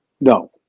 No